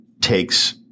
takes